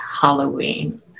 Halloween